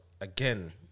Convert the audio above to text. again